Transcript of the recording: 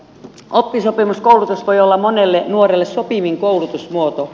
oppisopimuskoulutus voi olla monelle nuorelle sopivin koulutusmuoto